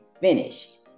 finished